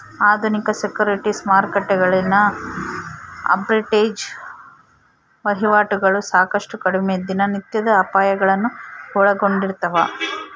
ಆಧುನಿಕ ಸೆಕ್ಯುರಿಟೀಸ್ ಮಾರುಕಟ್ಟೆಗಳಲ್ಲಿನ ಆರ್ಬಿಟ್ರೇಜ್ ವಹಿವಾಟುಗಳು ಸಾಕಷ್ಟು ಕಡಿಮೆ ದಿನನಿತ್ಯದ ಅಪಾಯಗಳನ್ನು ಒಳಗೊಂಡಿರ್ತವ